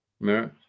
mirror